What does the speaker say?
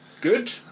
Good